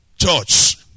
church